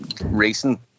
recent